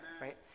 right